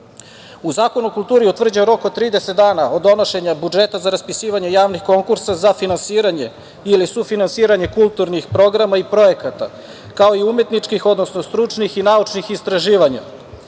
Zakonu o kulturi utvrđuje rok od 30 dana od donošenja budžeta za raspisivanje javnih konkursa za finansiranje ili sufinansiranje kulturnih programa i projekata, kao i umetničkih, odnosno stručnih i naučnih istraživanja